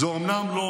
זאת אומנם לא